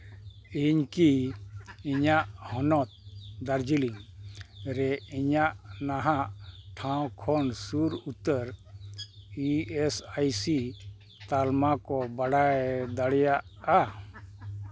ᱤᱧ ᱠᱤ ᱤᱧᱟᱹᱜ ᱦᱚᱱᱚᱛ ᱫᱟᱨᱡᱤᱞᱤᱝ ᱨᱮ ᱤᱧᱟᱹᱜ ᱱᱟᱦᱟᱜ ᱴᱷᱟᱶ ᱠᱷᱚᱱ ᱥᱩᱨ ᱩᱛᱟᱹᱨ ᱤ ᱮᱥ ᱟᱭ ᱥᱤ ᱛᱟᱞᱢᱟ ᱠᱚ ᱵᱟᱲᱟᱭ ᱫᱟᱲᱮᱭᱟᱜᱼᱟ